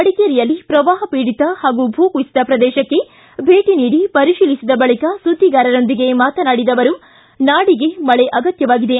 ಮಡಿಕೇರಿಯಲ್ಲಿ ಪ್ರವಾಪ ಪೀಡಿತ ಹಾಗು ಭೂ ಕುಸಿತ ಪ್ರದೇಶಕ್ಷೆ ಭೇಟಿ ನೀಡಿ ಪರಿತೀಲಿಸಿದ ಬಳಿಕ ಸುದ್ದಿಗಾರರೊಂದಿಗೆ ಮಾತನಾಡಿದ ಅವರು ನಾಡಿಗೆ ಮಳೆ ಅಗತ್ಯವಾಗಿದೆ